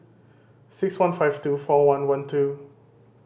six one five two four one one two